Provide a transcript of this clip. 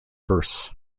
bursts